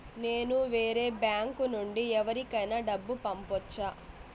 నేను వేరే బ్యాంకు నుండి ఎవరికైనా డబ్బు పంపొచ్చా?